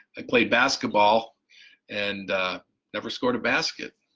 i played basketball and never scored a basket.